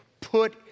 Put